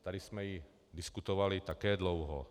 Tady jsme ji diskutovali také dlouho.